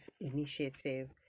Initiative